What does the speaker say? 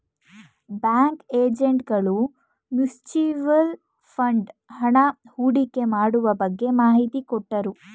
bank agent ಗಳು mutual fund ಹಣ ಹೂಡಿಕೆ ಮಾಡುವ ಬಗ್ಗೆ ಮಾಹಿತಿ ಕೊಟ್ಟರು